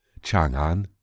Chang'an